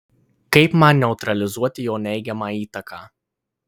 kaip man neutralizuoti jo neigiamą įtaką